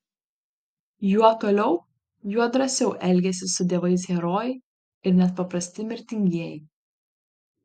juo toliau juo drąsiau elgiasi su dievais herojai ir net paprasti mirtingieji